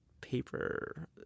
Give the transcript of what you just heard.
paper